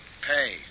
Pay